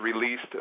released